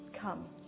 come